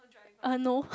uh no